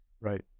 right